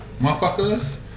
motherfuckers